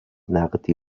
نقدی